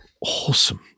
awesome